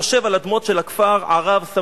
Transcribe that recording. יושב על אדמות של הכפר ערב-סמניה,